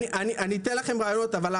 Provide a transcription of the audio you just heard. שמענו את הביקורת.